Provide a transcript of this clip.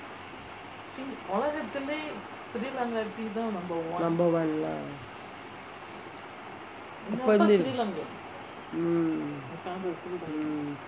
number one lah mm